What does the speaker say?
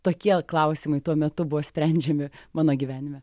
tokie klausimai tuo metu buvo sprendžiami mano gyvenime